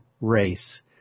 race